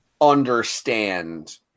understand